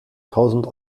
tausend